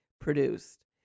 produced